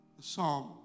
psalm